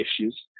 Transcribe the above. issues